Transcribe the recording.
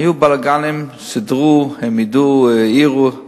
היו בלגנים, סידרו, הם יידעו, העירו.